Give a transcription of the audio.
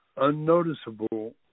unnoticeable